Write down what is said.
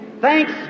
Thanks